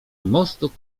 mostu